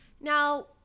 Now